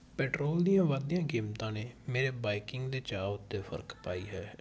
petrol ਦੀਆਂ ਵੱਧਦੀਆਂ ਕੀਮਤਾਂ ਨੇ ਮੇਰੇ ਬਾਈਕਿੰਗ ਦੇ ਚਾਓ ਉੱਤੇ ਫਰਕ ਪਾਈ ਹੈ